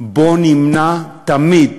בואו נמנע תמיד,